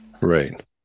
right